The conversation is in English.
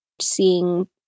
seeing